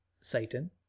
Satan